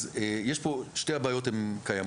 אז יש פה, שתי הבעיות הן קיימות.